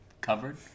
covered